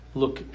look